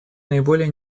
наиболее